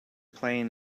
playing